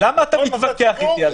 למה אתה מתווכח איתי על זה?